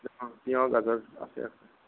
অঁ তিঁয়হ গাজৰ আছে আছে